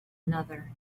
another